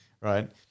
right